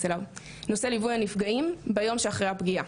אליו ליווי הנפגעים ביום אחרי הפגיעה